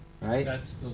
Right